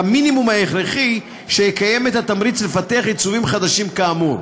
ההכרחי שיקיים את התמריץ לפתח עיצובים חדשים כאמור.